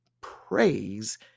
praise